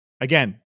Again